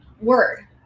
word